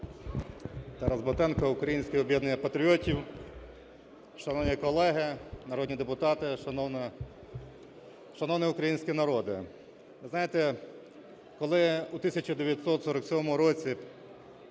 Тарас Батенко, "Українське об'єднання патріотів". Шановні колеги народні депутати, шановний український народе, ви знаєте, коли у 1947 році